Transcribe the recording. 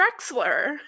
Drexler